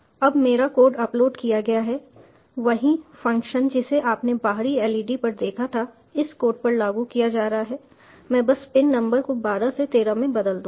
अब मेरा code upload किया गया है वही फ़ंक्शन जिसे आपने बाहरी LED पर देखा था इस कोड पर लागू किया जा रहा है मैं बस पिन नंबर को 12 से 13 में बदल दूंगा